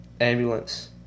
ambulance